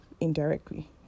indirectly